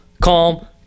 calm